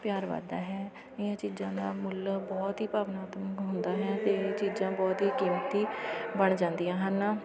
ਪਿਆਰ ਵੱਧਦਾ ਹੈ ਇਹ ਚੀਜ਼ਾਂ ਦਾ ਮੁੱਲ ਬਹੁਤ ਹੀ ਭਾਵਨਾਤਮਕ ਹੁੰਦਾ ਹੈ ਅਤੇ ਇਹ ਚੀਜ਼ਾਂ ਬਹੁਤ ਹੀ ਕੀਮਤੀ ਬਣ ਜਾਂਦੀਆਂ ਹਨ